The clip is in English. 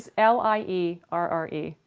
l i e r r e,